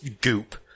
goop